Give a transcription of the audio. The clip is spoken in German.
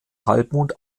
halbmond